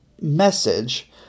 message